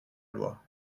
loi